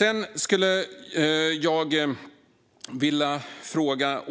Jag skulle återigen vilja fråga